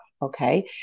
Okay